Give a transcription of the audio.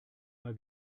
mal